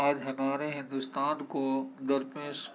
آج ہمارے ہندوستان کو درپیش